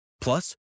Plus